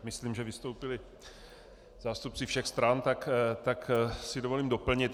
Myslím, že vystoupili zástupci všech stran, tak si dovolím doplnit.